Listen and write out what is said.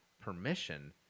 permission